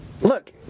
Look